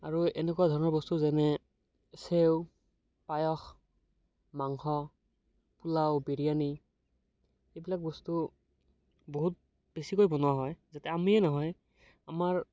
আৰু এনেকুৱা ধৰণৰ বস্তু যেনে চেউ পায়স মাংস পোলাও বিৰিয়ানী এইবিলাক বস্তু বহুত বেছিকৈ বনোৱা হয় যাতে আমিয়ে নহয় আমাৰ